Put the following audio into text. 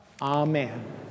Amen